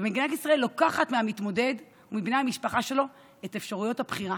ומדינת ישראל לוקחת מהמתמודד ומבני המשפחה שלו את אפשרויות הבחירה.